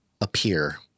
appear